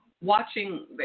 watching